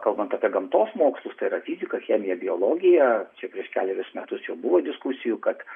kalbant apie gamtos mokslus tai yra fizika chemija biologija čia prieš kelerius metus jau buvo diskusijų kad